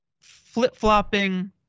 flip-flopping